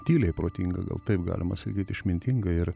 tyliai protinga gal taip galima sakyt išmintinga ir